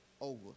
over